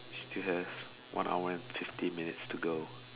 still have one hour and fifty minutes to go